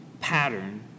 pattern